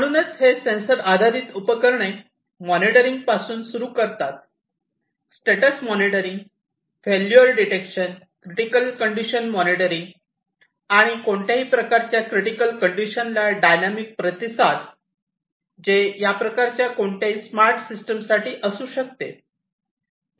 म्हणूनच हे सेन्सर आधारित उपकरणे मॉनिटरिंगपासून सुरू करतात status monitoring failure detection critical condition monitoring आणि कोणत्याही प्रकारच्या क्रिटिकल कंडिशनला डायनॅमिक प्रतिसाद जे या प्रकारच्या कोणत्याही स्मार्ट सिस्टम साठी असू शकते